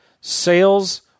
sales